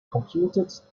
computed